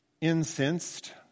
incensed